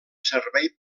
servei